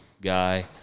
guy